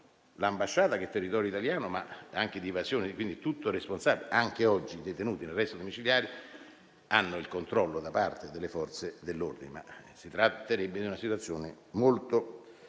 l'ambasciata che è territorio italiano, ma anche di evasione, quindi del tutto responsabile. Anche oggi i detenuti agli arresti domiciliari hanno il controllo da parte delle Forze dell'ordine, ma si tratterebbe di una situazione molto